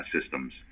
systems